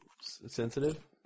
sensitive